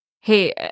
hey